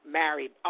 married